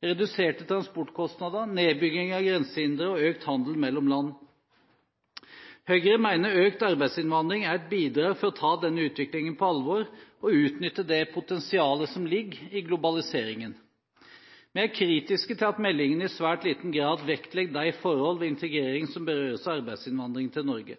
reduserte transportkostnader, nedbygging av grensehindre og økt handel mellom land. Høyre mener økt arbeidsinnvandring er et bidrag for å ta denne utviklingen på alvor og utnytte det potensialet som ligger i globaliseringen. Vi er kritiske til at meldingen i svært liten grad vektlegger de forholdene ved integrering som berøres av arbeidsinnvandringen til Norge.